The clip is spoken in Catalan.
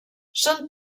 són